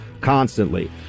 constantly